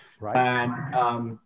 Right